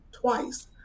twice